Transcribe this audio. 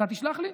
אתה תשלח לי?